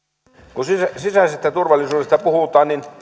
kun sisäisestä turvallisuudesta puhutaan niin